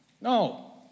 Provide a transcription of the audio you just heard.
No